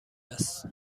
است